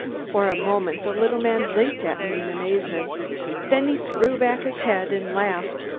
for a moment the little man blinked at me in amazement then he threw back his head and laughed,